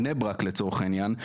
בני ברק לצורך העניין,